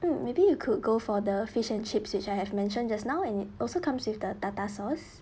mm maybe you could go for the fish and chips which I have mentioned just now and it also comes with the tartar sauce